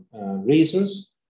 reasons